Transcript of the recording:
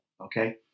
okay